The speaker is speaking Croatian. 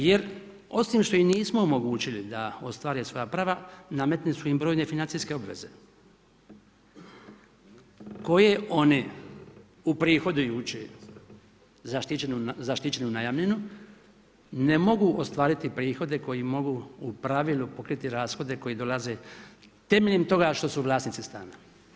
Jer osim što im nismo omogućili da ostvare svoje prava nametnute su im i brojne financijske obveze koje one uprihodujući zaštićenu najamninu ne mogu ostvariti prihode koji im mogu u pravilu pokriti rashode koji dolaze temeljem toga što su vlasnici stana.